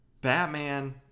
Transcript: Batman